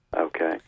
Okay